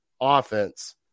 offense